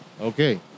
Okay